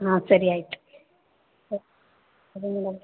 ಹಾಂ ಸರಿ ಆಯಿತು ಹಾಂ ಸರಿ ಮೇಡಮ್